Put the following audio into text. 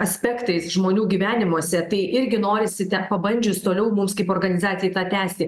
aspektais žmonių gyvenimuose tai irgi norisi pabandžius toliau mums kaip organizacijai tą tęsti